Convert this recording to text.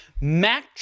Match